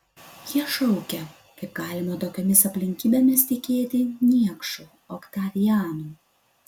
jie šaukė kaip galima tokiomis aplinkybėmis tikėti niekšu oktavianu